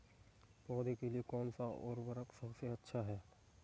पौधों के लिए कौन सा उर्वरक सबसे अच्छा है?